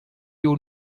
you